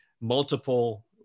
multiple